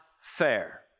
fair